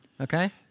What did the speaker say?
Okay